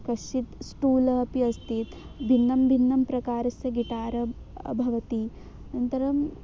कश्चित् स्टूल् अपि अस्ति भिन्नं भिन्नं प्रकारस्य गिटार भवति अनन्तरं